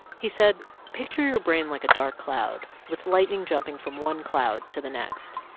he said, picture your brain like a dark cloud with lightning jumping from one cloud to the next.